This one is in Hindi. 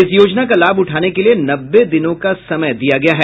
इस योजना का लाभ उठाने के लिए नब्बे दिनों का समय दिया गया है